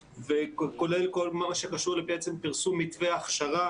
כולל כל מה שקשור לפרסום מתווה הכשרה